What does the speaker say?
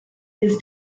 his